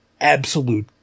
absolute